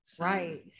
Right